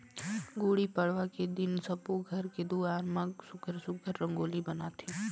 गुड़ी पड़वा के दिन सब्बो घर के दुवार म सुग्घर सुघ्घर रंगोली बनाथे